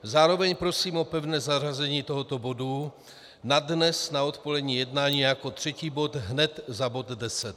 Zároveň prosím o pevné zařazení tohoto bodu na dnes na odpolední jednání jako třetí bod hned za bod 10.